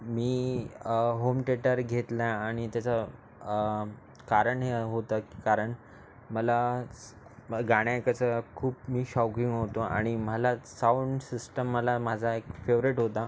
मी home theatre घेतला आणि त्याचं कारण हे होतं कारण मलाच गाणे ऐकायचं खूप मी शौकीन होतो आणि मलाच साऊंड सिस्टम मला माझा एक फेवरेट होता